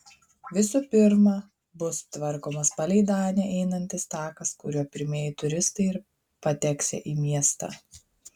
visų pirma bus tvarkomas palei danę einantis takas kuriuo pirmieji turistai ir pateksią į miestą